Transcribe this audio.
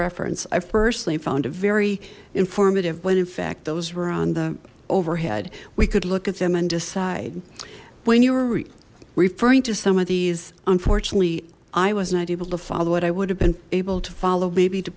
reference i firstly found a very informative when in fact those on the overhead we could look at them and decide when you were referring to some of these unfortunately i was not able to follow it i would have been able to follow baby to